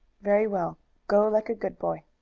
very well go, like a good boy.